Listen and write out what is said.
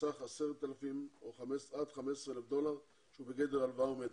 בסך 10,000 עד 15,000 דולר שהם בגדר הלוואה עומדת.